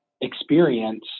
experience